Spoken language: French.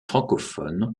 francophones